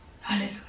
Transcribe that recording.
Hallelujah